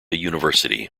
university